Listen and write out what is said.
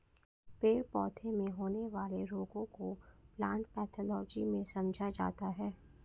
पेड़ पौधों में होने वाले रोगों को प्लांट पैथोलॉजी में समझा जाता है